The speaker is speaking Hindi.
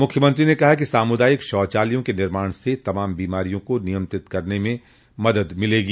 मुख्यमंत्री ने कहा कि सामुदायिक शौचालयों के निर्माण से तमाम बीमारियों को नियंत्रित करने में मदद मिलेगी